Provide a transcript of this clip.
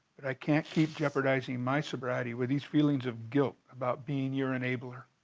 but i can't keep jeopardizing my sobriety with these feelings of guilt about being your enabler.